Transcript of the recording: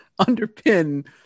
underpin